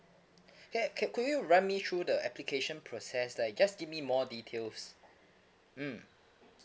!hey! could could you run me through the application process like just give me more details mm